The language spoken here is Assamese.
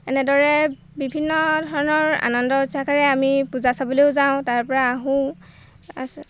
এনেদৰে বিভিন্ন ধৰণৰ আনন্দ উচ্ছাসেৰে আমি পূজা চাবলৈয়ো যাওঁ তাৰপৰা আহোঁ আছে